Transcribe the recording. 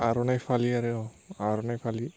आर'नाइ फालि आरो औ आर'नाइ फालि